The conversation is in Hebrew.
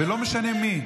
זה לא משנה מי.